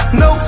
no